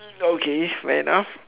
okay fair enough